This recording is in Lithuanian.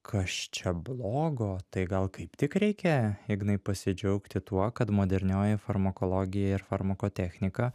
kas čia blogo tai gal kaip tik reikia ignai pasidžiaugti tuo kad modernioji farmakologija ir farmakotechnika